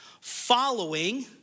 following